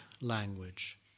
language